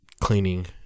cleaning